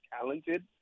talented